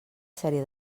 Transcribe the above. sèrie